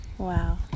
wow